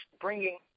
bringing